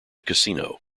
casino